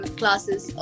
classes